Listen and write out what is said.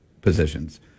positions